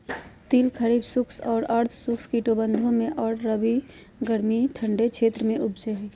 तिल खरीफ शुष्क और अर्ध शुष्क कटिबंधों में और रबी गर्मी ठंडे क्षेत्रों में उपजै हइ